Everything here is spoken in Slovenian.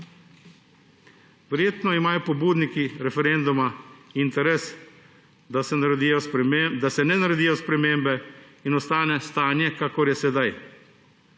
Verjetno imajo pobudniki referenduma interes, da se ne naredijo spremembe in ostane stanje, kakor je sedaj,